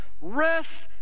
rest